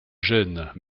gênes